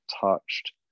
touched